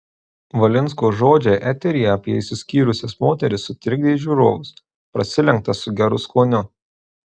valinsko žodžiai eteryje apie išsiskyrusias moteris sutrikdė žiūrovus prasilenkta su geru skoniu